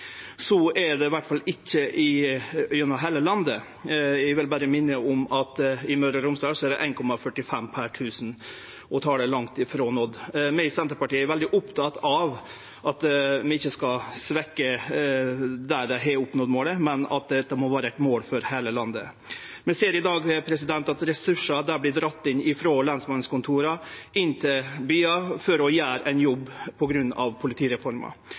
så talet er langt ifrå nådd. Vi i Senterpartiet er veldig opptekne av at vi ikkje skal svekkje der dei har nådd målet, men at dette må vere eit mål for heile landet. Vi ser i dag at ein drar ressursar frå lensmannskontora og inn til byane for å gjere ein jobb – på grunn av politireforma.